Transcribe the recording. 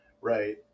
right